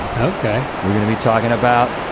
okay. we're gonna be talking about